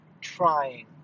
trying